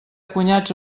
cunyats